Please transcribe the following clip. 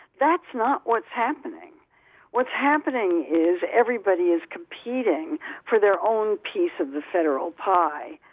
that's not what's happening what's happening is everybody is competing for their own piece of the federal pie.